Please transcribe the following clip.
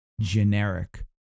generic